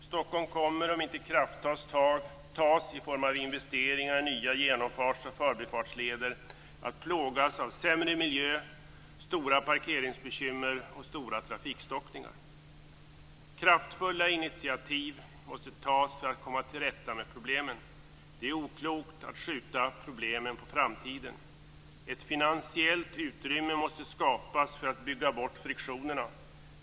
Stockholm kommer om inte krafttag tas i form av investeringar i nya genomfarts och förbifartsleder att plågas av sämre miljö, stora parkeringsbekymmer och stora trafikstockningar. Kraftfulla initiativ måste tas för att komma till rätta med problemen. Det är oklokt att skjuta problemen på framtiden. Ett finansiellt utrymme måste skapas för att bygga bort friktionerna.